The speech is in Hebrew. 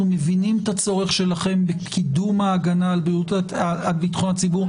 מבינים את הצורך שלה בקידום ההגנה על ביטחון הציבור.